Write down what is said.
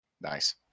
Nice